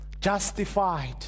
justified